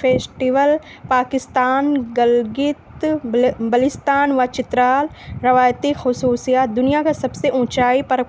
festival Pakistan Gilgit Baltistan و چترال روایتی خصوصیات دنیا کا سب سے اونچائی پر